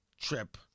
trip